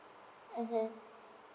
mmhmm